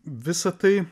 visa tai